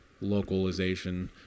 localization